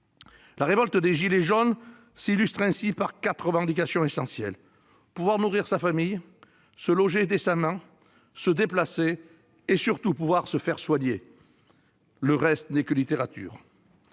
La révolte des « gilets jaunes » s'illustre ainsi par quatre revendications essentielles : ils veulent pouvoir nourrir leur famille, se loger décemment, se déplacer et, surtout, se faire soigner. Le reste n'est que littérature